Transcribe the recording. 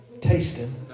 Tasting